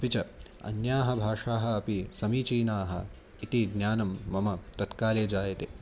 अपि च अन्याः भाषाः अपि समीचीनाः इति ज्ञानं मम तत्काले जायते